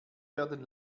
werden